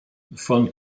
von